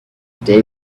day